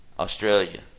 Australia